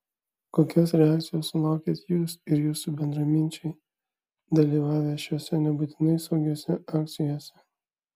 kokios reakcijos sulaukėt jūs ir jūsų bendraminčiai dalyvavę šiose nebūtinai saugiose akcijose